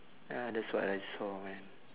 ya that's what I saw man